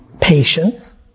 patience